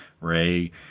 Ray